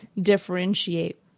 differentiate